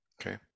Okay